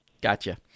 Gotcha